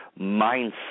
mindset